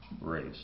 race